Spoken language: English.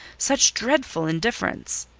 such dreadful indifference!